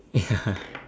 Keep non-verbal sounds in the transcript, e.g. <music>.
yeah <laughs>